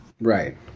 right